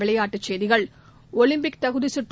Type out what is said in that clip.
விளையாட்டுச் செய்திகள் ஒலிம்பிக் தகுதிச் சுற்று